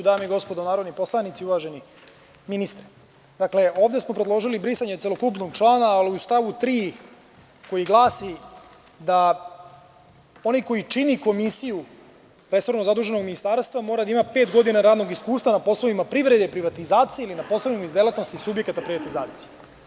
Dame i gospodo narodni poslanici, uvaženi ministre, ovde smo predložili brisanje celokupnog člana, a u stavu 3. koji glasi da onaj koji čini komisiju resornog zaduženog ministarstva mora da ima pet godina radnog iskustva na poslovima privrede, privatizacije ili na poslovima iz delatnosti subjekata privatizacije.